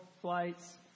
flights